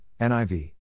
NIV